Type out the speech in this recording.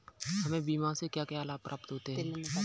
हमें बीमा से क्या क्या लाभ प्राप्त होते हैं?